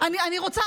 אני רוצה